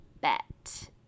bet